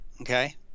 Okay